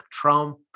trump